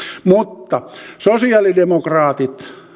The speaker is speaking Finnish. sosiaalidemokraatit